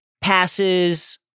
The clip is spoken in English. passes